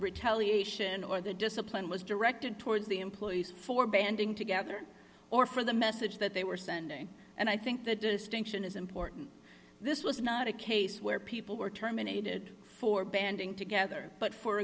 retaliation or the discipline was directed towards the employees for banding together or for the message that they were sending and i think the distinction is important this was not a case where people were terminated for banding together but for